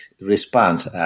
response